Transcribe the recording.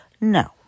No